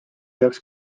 heaks